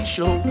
Show